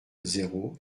zéro